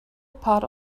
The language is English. part